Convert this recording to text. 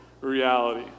reality